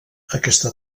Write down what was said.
aquesta